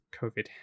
COVID